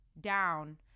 down